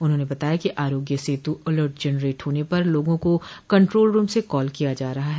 उन्होंने बताया कि आरोग्य सेतु अलर्ट जनरेट होने पर लोगों को कन्ट्रोल रूम से कॉल किया जा रहा है